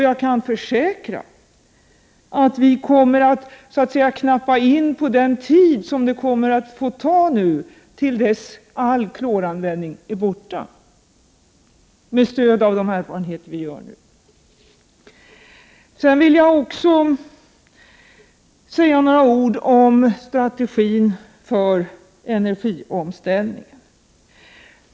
Jag kan försäkra att vi kommer att knappa in på den tid som det kommer att få ta till dess all kloranvändning är borta, med stöd av det vi nu gör. Jag vill vidare säga några ord om strategin för energiomställningen.